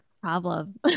problem